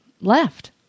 left